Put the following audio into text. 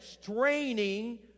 straining